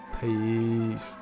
Peace